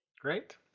Great